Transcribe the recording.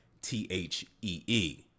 T-H-E-E